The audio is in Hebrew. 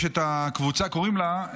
יש את הקבוצה שקוראים לה,